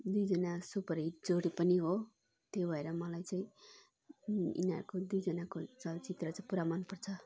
दुईजना सुपरहिट जोडी पनि हो त्यो भएर मलाई चाहिँ यिनीहरूको दुईजनाको चलचित्र चैँ पुरा मनपर्छ